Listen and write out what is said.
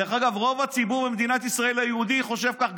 דרך אגב, רוב הציבור היהודי במדינת ישראל חושב כך.